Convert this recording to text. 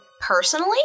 personally